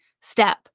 step